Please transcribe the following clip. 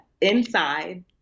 inside